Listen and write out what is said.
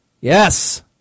Yes